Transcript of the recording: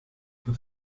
für